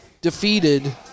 defeated –